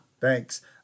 Thanks